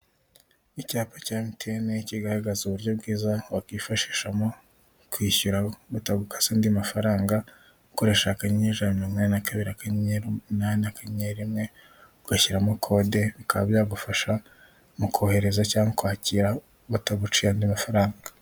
Icyapa cya emutiyene kigaragaza uburyo bwiza wakwifashishamo ukwishyura batagukase andi mafaranga ukoresha akakanyeye ijana na mirongo inanai na kabiri, akanyenyeri umunani, akanyenyeri rimwe, ugashyiramo kode bikaba byagufasha mu kohereza cyangwa kwakira bataguciye andi mafaranga.